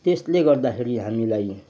त्यसले गर्दाखेरि हामीलाई